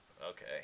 Okay